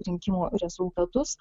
rinkimų rezultatus